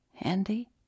Andy